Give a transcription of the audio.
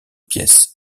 pièces